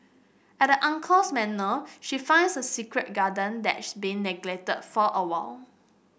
at the uncle's manor she finds a secret garden that's been neglected for a while